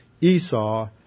Esau